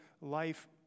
life